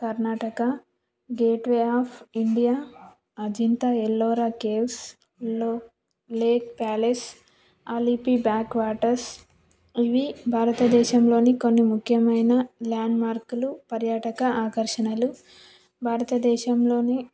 Karnataka gateway of India Ajanta Ellora caves లో lake palace Alleppey backwater ఇవి భారతదేశంలోని కొన్ని ముఖ్యమైన ల్యాండ్మార్కులు పర్యాటక ఆకర్షణలు భారతదేశంలోని